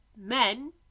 men